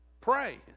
pray